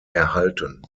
erhalten